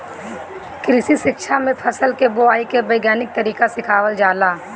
कृषि शिक्षा में फसल के बोआई के वैज्ञानिक तरीका सिखावल जाला